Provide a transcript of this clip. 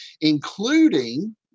including